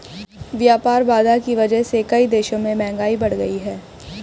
व्यापार बाधा की वजह से कई देशों में महंगाई बढ़ गयी है